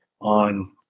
on